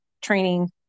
training